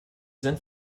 sind